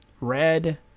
red